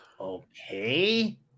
Okay